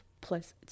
plus